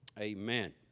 amen